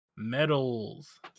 Medals